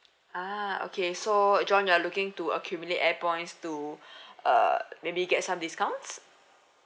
ah okay so john you are looking to accumulate air points to err maybe get some discounts